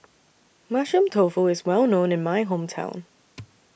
Mushroom Tofu IS Well known in My Hometown